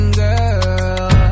girl